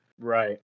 Right